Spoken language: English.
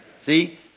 See